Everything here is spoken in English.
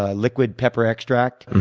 ah liquid pepper extract,